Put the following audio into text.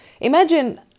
imagine